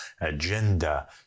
agenda